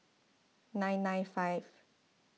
nine nine five